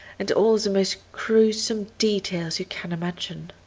and all the most gruesome details you can imagine.